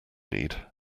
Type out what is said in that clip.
need